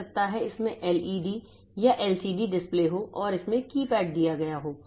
हो सकता है कि इसमें एलईडी या एलसीडी डिस्प्ले हो और इसमें कीपैड दिया गया हो